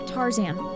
Tarzan